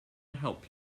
help